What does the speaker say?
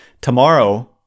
tomorrow